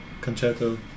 concerto